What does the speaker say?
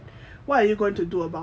what are you going to do about it